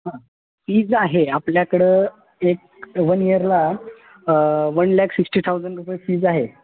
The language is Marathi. हां फीज आहे आपल्याकडं एक वन इयरला वन लॅक सिक्स्टी थाउजंड रुपये फीज आहे